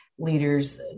leaders